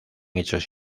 hechos